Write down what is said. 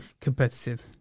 Competitive